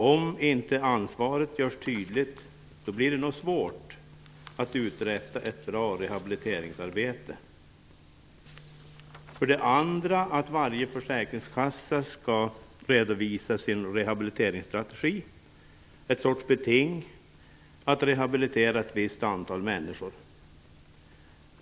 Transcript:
Om inte ansvaret görs tydligt blir det nog svårt att uträtta ett bra rehabiliteringsarbete. För det andra skall varje försäkringskassa redovisa sin rehabiliteringsstrategi, ett sorts beting att rehabilitera ett visst antal människor.